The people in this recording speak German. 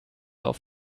auf